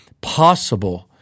possible